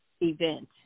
event